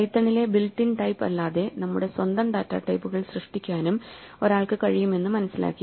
പൈത്തണിലെ built in type അല്ലാതെ നമ്മുടെ സ്വന്തം ഡാറ്റ ടൈപ്പുകൾ സൃഷ്ടിക്കാനും ഒരാൾക്ക് കഴിയുമെന്ന് മനസിലാക്കി